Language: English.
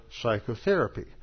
psychotherapy